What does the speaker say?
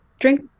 drink